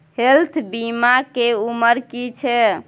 Health बीमा के उमर की छै?